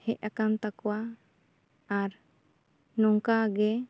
ᱦᱮᱡ ᱟᱠᱟᱱ ᱛᱟᱠᱚᱭᱟ ᱟᱨ ᱱᱚᱝᱠᱟ ᱜᱮ